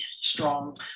strong